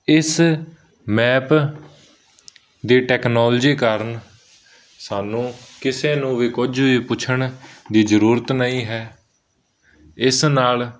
ਇਸ ਮੈਪ ਦੇ ਟੈਕਨੋਲੋਜੀ ਕਾਰਨ ਸਾਨੂੰ ਕਿਸੇ ਨੂੰ ਵੀ ਕੁਝ ਵੀ ਪੁੱਛਣ ਦੀ ਜ਼ਰੂਰਤ ਨਹੀਂ ਹੈ ਇਸ ਨਾਲ